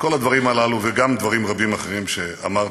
כל הדברים הללו וגם דברים רבים אחרים שאמרת,